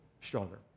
stronger